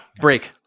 break